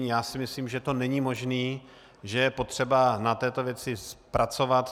Já si myslím, že to není možné, že je potřeba na této věci pracovat.